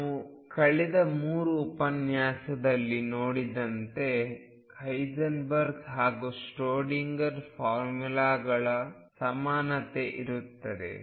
ನಾವು ಕಳೆದ ಮೂರು ಉಪನ್ಯಾಸಗಳಲ್ಲಿ ನೋಡಿದಂತೆ ಹೈಸೆನ್ಬರ್ಗ್ ಹಾಗೂ ಶ್ರೊಡಿಂಗರ್ ಫಾರ್ಮುಲಾಗಳು ಸಮಾನವಾಗಿರುತ್ತದೆ